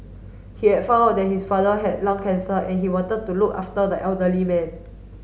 he had found out that his father had lung cancer and he wanted to look after the elderly man